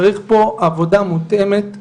צריך פה עבודה מותאמת,